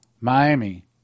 Miami